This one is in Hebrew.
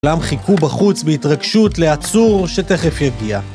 כלם חיכו בחוץ בהתרגשות לעצור שתכף יגיע